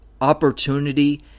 opportunity